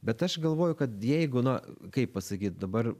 bet aš galvoju kad jeigu na kaip pasakyt dabar